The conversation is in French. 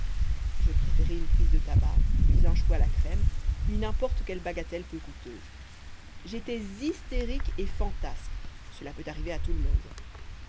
je préférai une prise de tabac puis un chou à la crème puis n'importe quelle bagatelle peu coûteuse j'étais hystérique et fantasque cela peut arriver à tout le monde